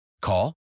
Call